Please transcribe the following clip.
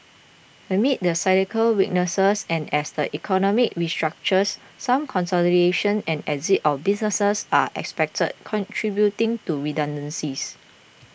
amid the cyclical weaknesses and as the economy restructures some consolidation and exit of businesses are expected contributing to redundancies